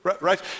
right